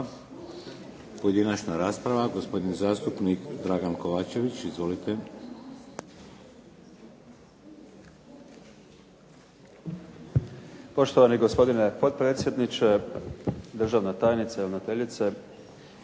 Pojedinačna rasprava. Gospodin zastupnik Dragan Kovačević. **Kovačević, Dragan (HDZ)** Poštovani gospodine potpredsjedniče, državna tajnice, ravnateljice,